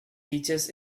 teaches